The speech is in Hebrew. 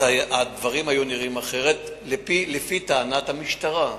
הדברים היו נראים אחרת, לפי טענת המשטרה.